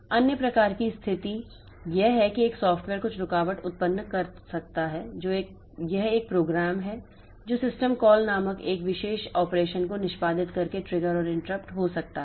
अन्य प्रकार की स्थिति यह है कि एक सॉफ्टवेयर कुछ रुकावट उत्पन्न कर सकता है यह एक प्रोग्राम है जो सिस्टम कॉल नामक एक विशेष ऑपरेशन को निष्पादित करके ट्रिगर और इंटरप्ट हो सकता है